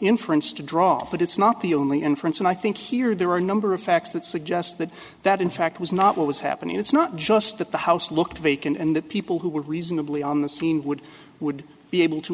inference to draw but it's not the only inference and i think here there are a number of facts that suggest that that in fact was not what was happening it's not just that the house looked vacant and that people who were reasonably on the scene would would be able to